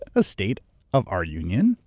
a state of our union,